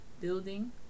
building